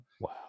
Wow